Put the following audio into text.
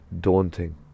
daunting